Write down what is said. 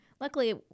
luckily